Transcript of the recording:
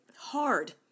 hard